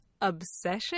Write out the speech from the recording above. obsession